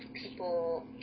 people